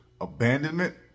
abandonment